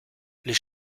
les